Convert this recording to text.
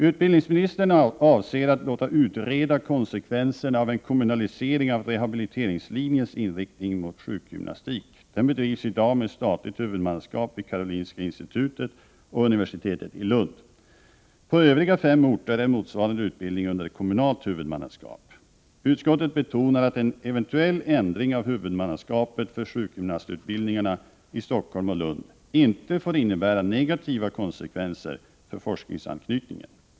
Utbildningsministern avser att låta utreda konsekvenserna av en kommunalisering av rehabiliteringslinjens inriktning mot sjukgymnastik. Den bedrivs i dag med statligt huvudmannaskap vid Karolinska institutet och universitetet i Lund. På övriga fem orter är motsvarande utbildning under kommunalt huvudmannaskap. Utskottet betonar att en eventuell ändring av huvudmannaskapet för sjukgymnastutbildningarna i Stockholm och Lund inte får innebära negativa konsekvenser för forskningsanknytningen.